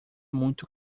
muito